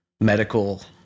medical